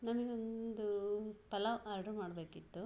ನಮಗೊಂದೂ pulao order ಮಾಡಬೇಕಿತ್ತು